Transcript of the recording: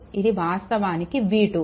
ఇది వాస్తవానికి v2